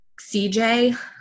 CJ